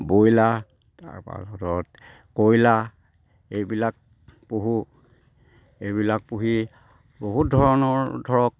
বইলা তাৰপাছত কয়লা এইবিলাক পুহো এইবিলাক পুহি বহুত ধৰণৰ ধৰক